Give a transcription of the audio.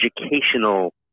educational